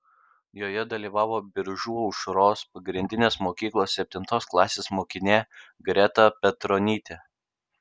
joje dalyvavo biržų aušros pagrindinės mokyklos septintos klasės mokinė greta petronytė